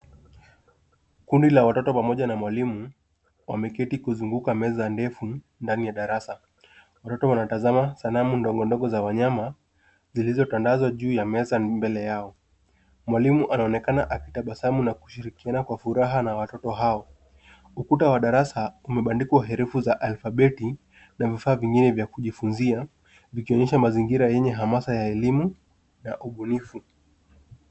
Kundi la watoto pamoja na mwalimu wameketi kuzunguka meza ndefu ndani ya darasa. Watoto wanatazama sanamu ndogo ndogo za wanyama zilizotandazwa juu ya meza mbele yao. Mwalimu anaonekana akitabasamu na kushirikiana kwa furaha na watoto hao. Ukuta wa darasa umebandikwa herufi za alfabeti na vifaa vingine vya kujifunzia vikionyesha mazingira yenye hamasa ya elimu na ubunifu.